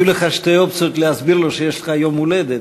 יהיו לך שתי אופציות להסביר לו שיש לך יום הולדת,